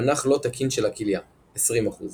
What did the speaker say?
מנח לא תקין של הכליה 20%